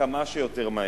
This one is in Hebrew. וכמה שיותר מהר,